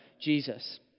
Jesus